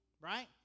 right